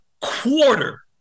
quarter